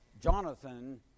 Jonathan